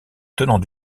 tenant